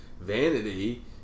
vanity